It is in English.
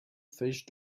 fish